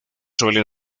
suelen